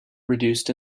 reduced